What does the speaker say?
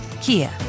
Kia